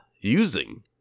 using